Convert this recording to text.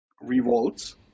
revolts